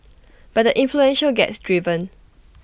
but the influential gets driven